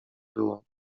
było